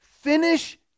finish